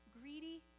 Greedy